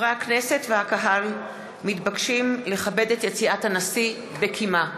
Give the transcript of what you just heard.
חברי הכנסת והקהל מתבקשים לכבד את יציאת הנשיא בקימה.